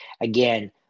again